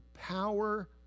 power